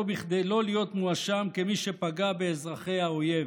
כדי לא להיות מואשם כמי שפגע באזרחי האויב.